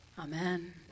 Amen